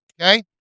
Okay